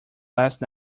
last